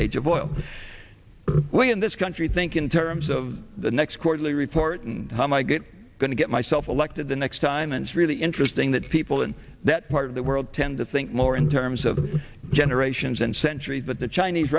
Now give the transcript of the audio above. age of oil in this country think in terms of the next quarterly report and how my get going to get myself elected the next time and really interesting that people in that part of the world tend to think more in terms of generations and centuries but the chinese